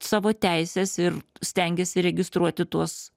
savo teises ir stengiasi registruoti tuos